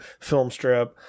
Filmstrip